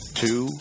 two